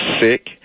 sick